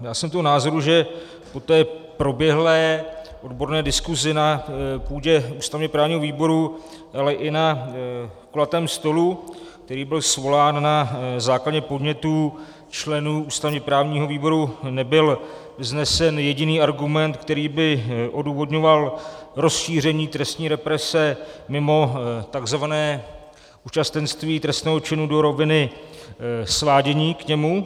Já jsem toho názoru, že po proběhlé odborné diskuzi na půdě ústavněprávního výboru, ale i na kulatém stole, který byl svolán na základě podnětů členů ústavněprávního výboru, nebyl vznesen jediný argument, který by odůvodňoval rozšíření trestní represe mimo takzvané účastenství trestného činu do roviny svádění k němu.